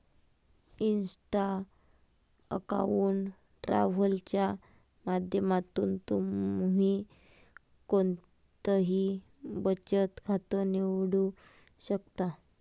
Insta account travel च्या माध्यमातून तुम्ही कोणतंही बचत खातं निवडू शकता